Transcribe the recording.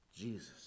Jesus